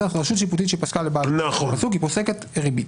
"רשות שיפוטית שפסקה לבעל דין סכום פסוק" היא פוסקת ריבית.